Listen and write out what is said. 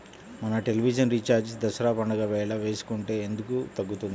మన television recharge Dasara పండగ వేళ వేసుకుంటే ఎందుకు తగ్గుతుంది?